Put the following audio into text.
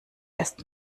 erst